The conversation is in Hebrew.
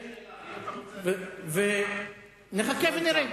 נחכה ונראה.